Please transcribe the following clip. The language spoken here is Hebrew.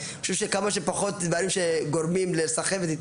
אני חושב שכמה פחות דברים שגורמים לסחבת,